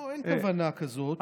לא, אין כוונה כזאת.